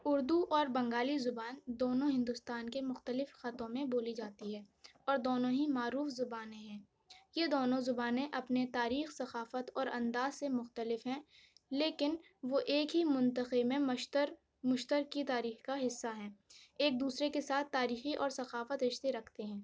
اردو اور بنگالی زبان دونوں ہندوستان کے مختلف خطوں میں بولی جاتی ہے اور دونوں ہی معروف زبانیں ہیں یہ دونوں زبانیں اپنے تاریخ ثقافت اور انداز سے مختلف ہیں لیکن وہ ایک ہی منطقی میں مشتر مشترکہ تاریخ کا حصہ ہیں ایک دوسرے کے ساتھ تاریخی اور ثقافتی رشتے رکھتے ہیں